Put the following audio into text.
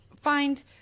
find